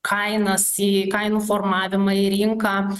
kainas į kainų formavimą į rinką